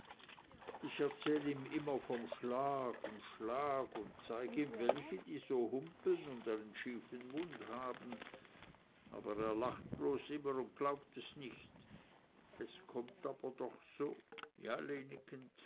ich erzähl ihm immer von schlag und schlag und zeig ihm welche die so humpeln und einen schiefen mund haben aber er lacht bloß immer und glaubt es nich es kommt aber doch so ja